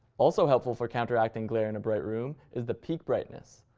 also helpful for counter-acting glare in a bright room, is the peak brightness.